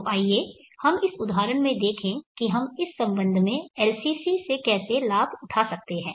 तो आइए हम इस उदाहरण में देखें कि हम इस संबंध में LCC से कैसे लाभ उठा सकते हैं